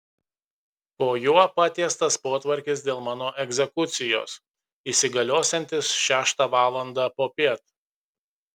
po juo patiestas potvarkis dėl mano egzekucijos įsigaliosiantis šeštą valandą popiet